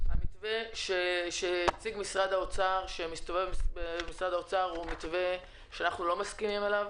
המתווה שהציג משרד האוצר הוא מתווה שאנחנו לא מסכימים לו,